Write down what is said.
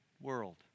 world